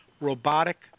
robotic